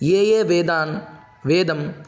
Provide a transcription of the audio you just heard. ये ये वेदान् वेदः